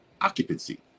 occupancy